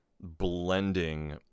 blending